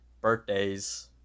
birthdays